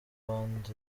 bandi